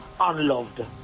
unloved